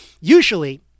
usually